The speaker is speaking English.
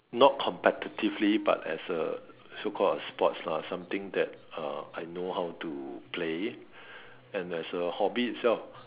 not competitively but as a so call a sports lah something that uh I know how to play and as a hobby itself